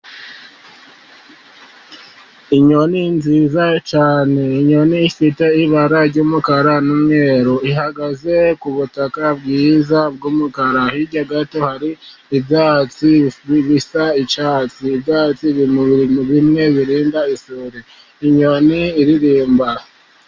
Inyoni nziza cyane. Inyoni ifite ibara ry'umukara n'umweru. Ihagaze ku butaka bwiza bw'umukara, hirya gato hari ibyatsi bisa icyatsi. Ibyatsi biri mu bintu bimwe birinda isuri. Inyoni iririmba.